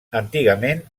antigament